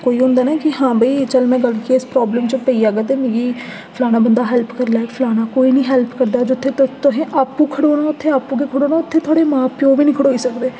कोई होंदा ना कि हां भई कि में कल गी कुसै प्राब्लम च पेई जाह्गा ते फलाना बंदा हैल्प करी लैह्ग फलाना कोई निं हैल्प करदा जित्थै तुसें आपूं खड़ोना उत्थै आपूं गै खड़ोना उत्थै थुआढ़े मां प्योऽ बी नेईं खड़ोई सकदे